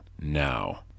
now